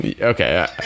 okay